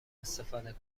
استفاده